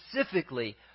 specifically